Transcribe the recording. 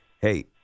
Hey